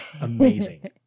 amazing